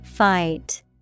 Fight